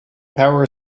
power